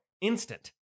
instant